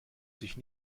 sich